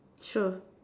sure